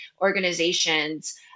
organizations